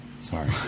Sorry